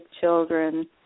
children